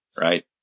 right